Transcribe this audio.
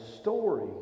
story